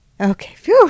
okay